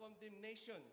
condemnation